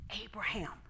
Abraham